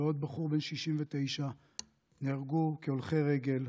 ועוד בחור בן 69 נהרגו כהולכי רגל.